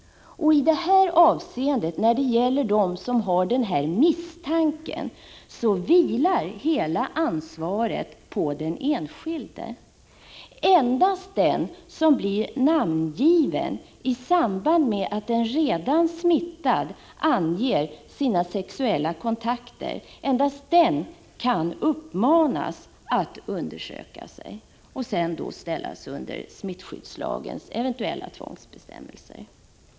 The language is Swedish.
När det gäller dem som har denna misstanke, vilar hela ansvaret på den enskilde. Endast den som blir namngiven i samband med att en redan smittad anger sina sexuella kontakter kan uppmanas att undersöka sig och sedan ställas under smittskyddslagens eventuella tvångsbestämmelser.